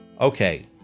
Okay